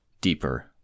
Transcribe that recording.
deeper